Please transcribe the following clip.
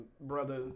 brother